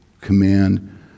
command